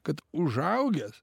kad užaugęs